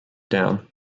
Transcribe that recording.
down